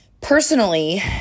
Personally